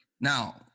Now